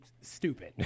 stupid